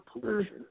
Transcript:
pollution